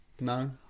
No